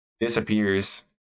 disappears